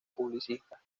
publicista